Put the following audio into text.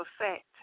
effect